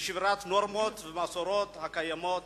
ושבירת נורמות ומסורות הקיימות